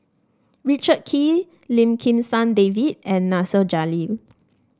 Richard Kee Lim Kim San David and Nasir Jalil